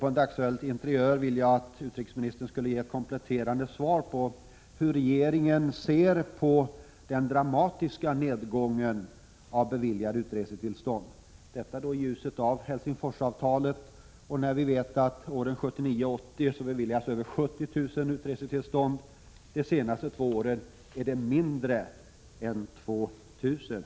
Jag skulle vilja att utrikesministern kompletterade svaret med att omtala hur regeringen ser på den dramatiska nedgången i antalet beviljade utresetillstånd. Detta i ljuset av Helsingforsavtalet och av att över 70 000 utresetillstånd beviljades åren 1979-1980 men mindre än 2 000 de senaste två åren.